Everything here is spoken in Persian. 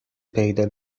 پیدا